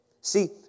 See